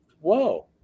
whoa